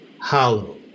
hollow